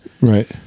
Right